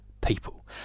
people